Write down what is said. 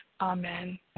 Amen